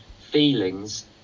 feelings